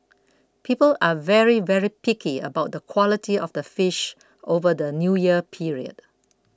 people are very very picky about the quality of the fish over the New Year period